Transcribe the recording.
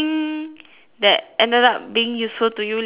that ended up being useful to you later in life